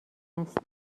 است